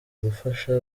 gufasha